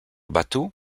bateau